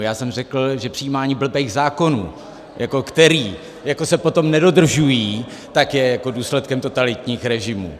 Já jsem řekl, že přijímání blbejch zákonů, jako který, jako se potom nedodržují, tak je jako důsledkem totalitních režimů.